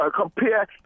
Compare